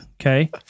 Okay